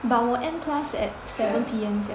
but 我 end class at seven P_M